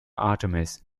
artemis